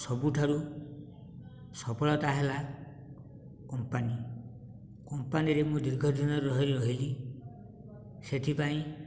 ସବୁଠାରୁ ସଫଳତା ହେଲା କମ୍ପାନୀ କମ୍ପାନୀ ରେ ମୁଁ ଦୀର୍ଘ ଦିନ ରହି ରହିଲି ସେଥିପାଇଁ